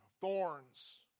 thorns